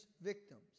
victims